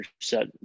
set